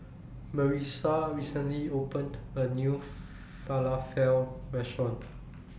Marissa recently opened A New Falafel Restaurant